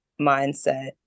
mindset